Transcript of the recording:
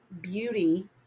beauty